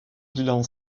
bilan